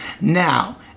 Now